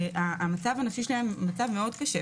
המצב הנפשי שלי היה מאוד קשה.